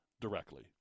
directly